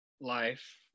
life